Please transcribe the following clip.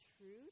truth